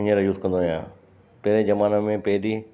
हींअर यूज़ कंदो आहियां पहिरें ज़माने में पहिरीं